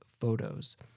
photos